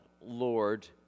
Lord